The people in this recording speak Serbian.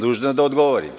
Dužan sam da odgovorim.